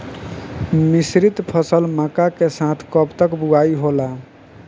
मिश्रित फसल मक्का के साथ कब तक बुआई होला?